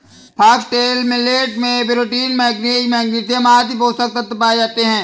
foxtail millet में protein, manganese, magnesium आदि पोषक तत्व पाए जाते है